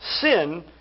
sin